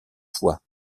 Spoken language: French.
fois